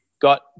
got